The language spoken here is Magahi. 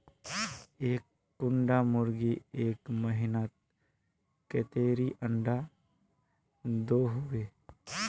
एक कुंडा मुर्गी एक महीनात कतेरी अंडा दो होबे?